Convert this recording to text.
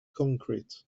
concrete